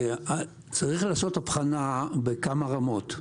צריך לעשות הבחנה בכמה רמות.